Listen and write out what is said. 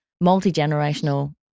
multi-generational